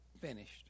finished